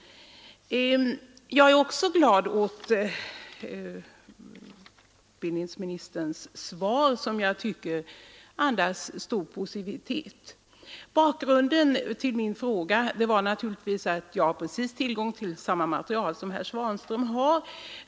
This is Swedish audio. Jag är också glad åt utbildningsministerns svar, som jag tycker andas en i mycket positiv inställning. Bakgrunden till min fråga var att jag hade tillgång till samma material som herr Svanström.